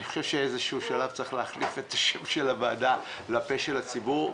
אני חושב שבשלב כל שהוא יש להחליף את שם הוועדה ל- "פה של הציבור".